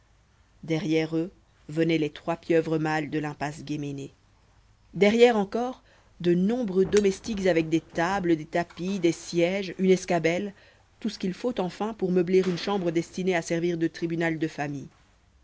derrière eux venaient les trois pieuvres mâles de l'impasse guéménée derrière encore de nombreux domestiques arec des tables des tapis des sièges une escabelle tout ce qu'il faut enfin pour meubler une chambre destinée à servir de tribunal de famille